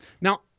Now